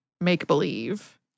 make-believe